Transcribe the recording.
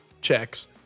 checks